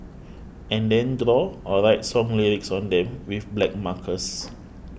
and then draw or write song lyrics on them with black markers